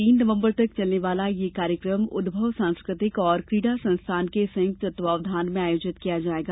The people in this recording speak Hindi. तीन नवंबर तक चलने वाला यह कार्यक्रम उदभव सांस्कृतिक और क्रीडा संस्थान के संयुक्त तत्वाधान में आयोजित किया जाएगा